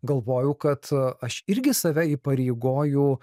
galvoju kad aš irgi save įpareigoju